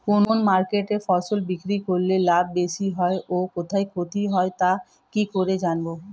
কোন মার্কেটে ফসল বিক্রি করলে লাভ বেশি হয় ও কোথায় ক্ষতি হয় তা কি করে জানবো?